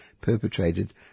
perpetrated